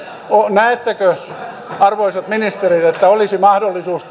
näettekö arvoisat ministerit että olisi mahdollisuus